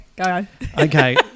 Okay